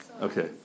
Okay